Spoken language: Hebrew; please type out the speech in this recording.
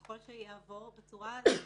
ככל שיעבור בצורה הזאת,